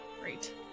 Great